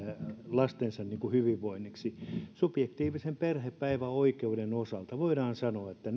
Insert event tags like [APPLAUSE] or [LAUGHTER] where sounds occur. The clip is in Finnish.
lastensa hyvinvoinniksi subjektiivisen päivähoito oikeuden osalta voidaan sanoa että [UNINTELLIGIBLE]